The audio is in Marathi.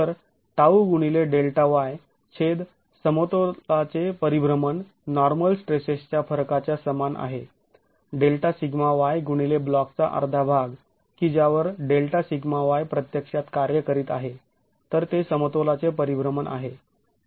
तर τ गुणिले Δy छेद समतोलाचे परिभ्रमण नॉर्मल स्ट्रेसेसच्या फरकाच्या समान आहे Δσy गुणिले ब्लॉकचा अर्धा भाग की ज्यावर Δσy प्रत्यक्षात कार्य करीत आहे तर ते समतोलाचे परिभ्रमण आहे